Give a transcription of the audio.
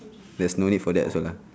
there's no need for that also lah